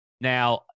Now